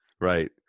right